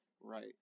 right